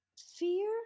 fear